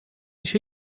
się